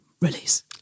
release